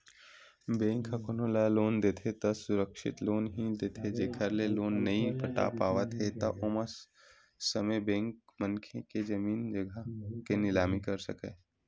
bank ह कोनो ल लोन देथे त सुरक्छित लोन ही देथे जेखर ले लोन नइ पटा पावत हे त ओ समे बेंक मनखे के जमीन जघा के निलामी कर सकय